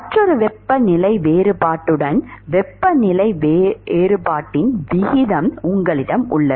மற்றொரு வெப்பநிலை வேறுபாட்டுடன் வெப்பநிலை வேறுபாட்டின் விகிதம் உங்களிடம் உள்ளது